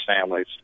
families